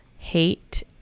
hate